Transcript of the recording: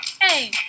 Hey